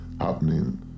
happening